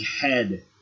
head